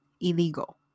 illegal